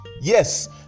yes